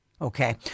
Okay